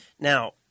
Now